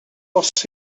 bosibl